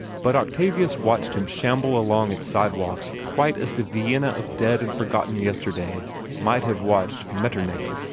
but octavius watched him shamble along its sidewalks quite as the vienna of dead and forgotten yesterday might have watched metternich.